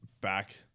back